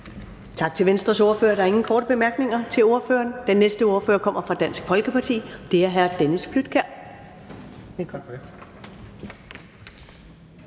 Tak til Venstres ordfører. Der er ingen korte bemærkninger til ordføreren. Den næste ordfører er fra Dansk Folkeparti, og det er fru Mette